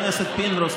חבר הכנסת פינדרוס,